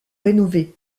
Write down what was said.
rénovées